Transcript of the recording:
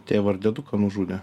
tėvą ir dieduką nužudė